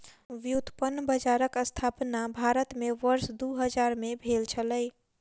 व्युत्पन्न बजारक स्थापना भारत में वर्ष दू हजार में भेल छलै